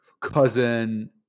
cousin